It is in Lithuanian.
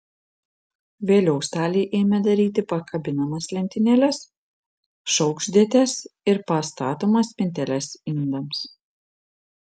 vėliau staliai ėmė daryti pakabinamas lentynėles šaukštdėtes ir pastatomas spinteles indams